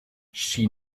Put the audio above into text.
she